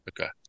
Okay